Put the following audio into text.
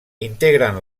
integren